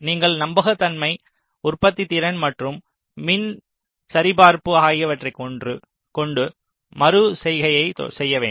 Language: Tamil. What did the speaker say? நீங்கள் நம்பகத்தன்மை உற்பத்தி திறன் மற்றும் மின் சரிபார்ப்பு ஆகியவற்றைக் கொண்டு மறு செய்கையை செய்ய வேண்டும்